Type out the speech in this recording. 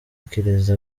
ikirezi